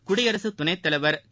குடியரசுத் துணைத் தலைவர் திரு